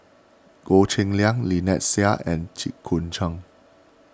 Goh Cheng Liang Lynnette Seah and Jit Koon Ch'ng